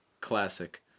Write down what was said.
classic